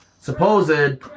supposed